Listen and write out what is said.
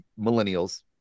millennials